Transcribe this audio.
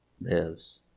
lives